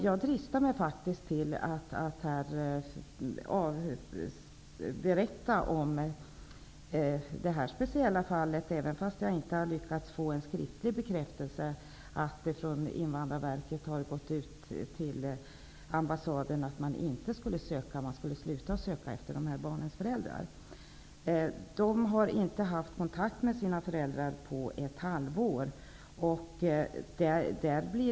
Jag dristar mig till att berätta om det här speciella fallet, även om jag inte har lyckats få en skriftlig bekräftelse på att det från Invandrarverket har gått ut till ambassaden att man skulle sluta att söka efter de här barnens föräldrar. Barnen har inte haft kontakt med sina föräldrar på ett halvår.